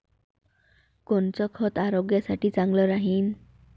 कोनचं खत आरोग्यासाठी चांगलं राहीन?